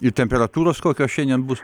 ir temperatūros kokios šiandien bus